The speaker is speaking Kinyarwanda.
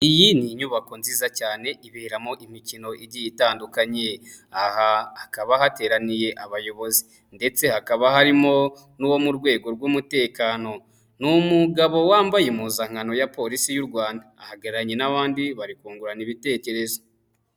Iyi ni inyubako nziza cyane iberamo imikino igiye itandukanye, aha hakaba hateraniye abayobozi ndetse hakaba harimo n'uwo mu rwego rw'umutekano. Ni umugabo wambaye impuzankano ya Polisi y'u Rwanda, ahagararanye n'abandi bari kungurana ibitekerezo.